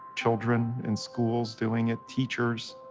children in schools doing it, teachers,